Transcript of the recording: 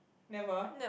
never